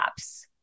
apps